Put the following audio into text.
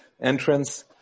entrance